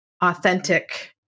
authentic